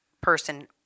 person